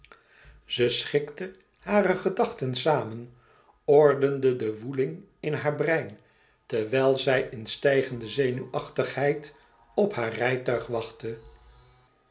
zij schikte hare gedachten samen ordende de woeling in haar brein terwijl zij in stijgende zenuwachtigheid op haar rijtuig wachtte